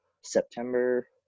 September